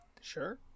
Sure